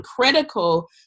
critical